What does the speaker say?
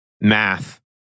math